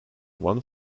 one